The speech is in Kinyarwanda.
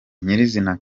nyirizina